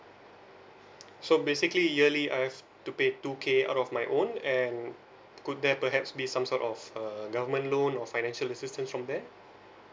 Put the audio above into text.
so basically yearly I have to pay two K out of my own and could that perhaps be some sort of a government loan or financial assistance from there